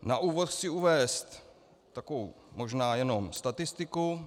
Na úvod chci uvést takovou možná jenom statistiku.